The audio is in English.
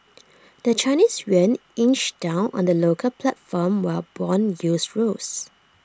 the Chinese Yuan inched down on the local platform while Bond yields rose